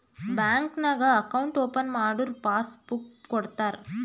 bank ನಾಗ್ account open ಮಾಡುರ್ passbook ಕೊಡ್ತಾರ